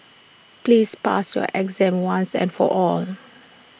please pass your exam once and for all